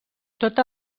tota